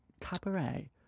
Cabaret